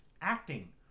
acting